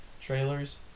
trailers